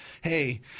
hey